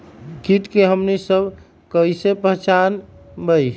किट के हमनी सब कईसे पहचान बई?